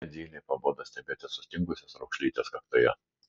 net zylei pabodo stebėti sustingusias raukšlytes kaktoje